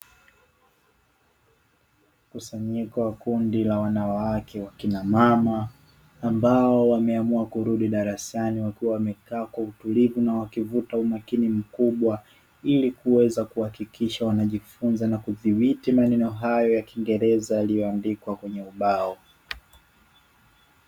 Mkusanyiko wa kundi la wanawake, wakina mama ambao wameamua kurudi darasani wakiwa wamekaa kwa utulivu na wakivuta umakini mkubwa, ili kuweza kuhakikisha wanajifunza na kudhibiti maneno hayo ya kiingereza yaliyoandikwa kwenye ubao.